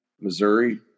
Missouri